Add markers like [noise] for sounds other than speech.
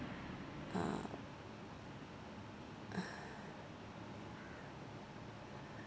ah [breath]